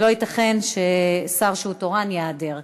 לא ייתכן ששר שהוא תורן ייעדר.